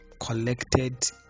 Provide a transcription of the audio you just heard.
collected